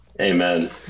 amen